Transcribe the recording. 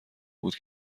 بود